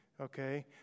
okay